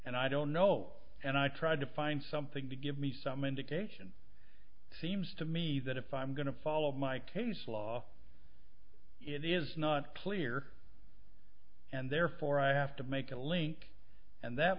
and i don't know and i tried to find something to give me some indication seems to me that if i'm going to follow my case law it is not clear and therefore i have to make a link and that